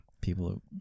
People